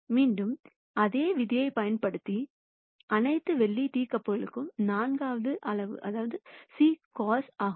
மீண்டும் அதே விதியைப் பயன்படுத்தி அனைத்து வெள்ளி டீக்கப்களும் நான்காவது அளவு c cos ஆகும்